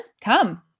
Come